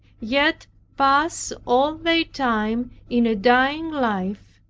yet pass all their time in a dying life,